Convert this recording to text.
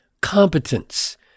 competence